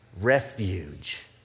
Refuge